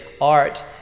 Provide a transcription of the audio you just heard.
art